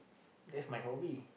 that's my hobby